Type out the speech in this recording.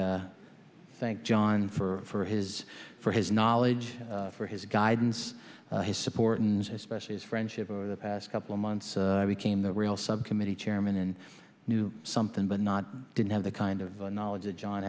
thank john for his for his knowledge for his guidance his support and especially his friendship over the past couple of months became the real subcommittee chairman and knew something but not didn't have the kind of knowledge